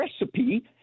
recipe